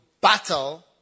battle